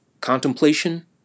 Contemplation